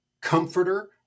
comforter